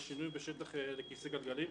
זה שינוי בשטח לכיסא גלגלים.